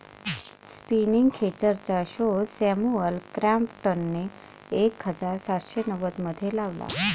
spinning खेचरचा शोध Samuel क्रॉम्प्टनने एक हजार सातशे नव्वदमध्ये लावला